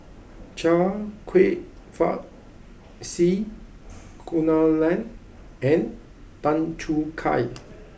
Chia Kwek Fah C Kunalan and Tan Choo Kai